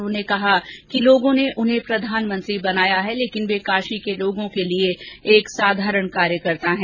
उन्होंने कहा कि लोगों ने उन्हें प्रधानमंत्री बनाया है लेकिन वे काशी के लोगों के लिए एक साधारण कार्यकर्ता हैं